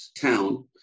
town